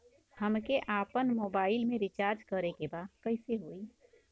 हमके आपन मोबाइल मे रिचार्ज करे के बा कैसे होई?